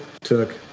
took